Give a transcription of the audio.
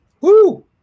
Woo